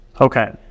Okay